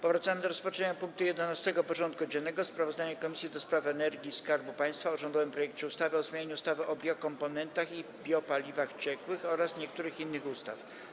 Powracamy do rozpatrzenia punktu 11. porządku dziennego: Sprawozdanie Komisji do Spraw Energii i Skarbu Państwa o rządowym projekcie ustawy o zmianie ustawy o biokomponentach i biopaliwach ciekłych oraz niektórych innych ustaw.